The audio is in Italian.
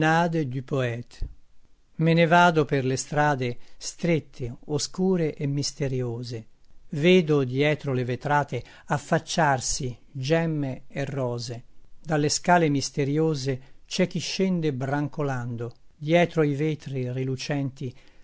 du poète me ne vado per le strade strette oscure e misteriose vedo dietro le vetrate affacciarsi gemme e rose dalle scale misteriose c'è chi scende brancolando dietro i vetri rilucenti